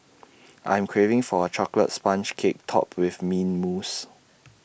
I'm craving for A Chocolate Sponge Cake Topped with Mint Mousse